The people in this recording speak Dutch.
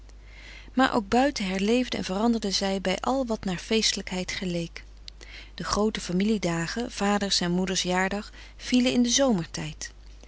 maar ook buiten herleefde en veranderde zij bij al wat naar feestelijkheid geleek de groote familiedagen vaders en moeders jaardag vielen in den zomertijd